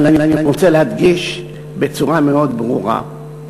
אבל אני רוצה להדגיש בצורה מאוד ברורה,